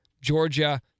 Georgia